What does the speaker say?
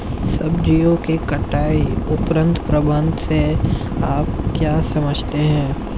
सब्जियों के कटाई उपरांत प्रबंधन से आप क्या समझते हैं?